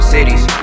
Cities